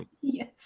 Yes